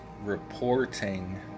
reporting